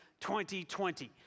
2020